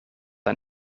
ein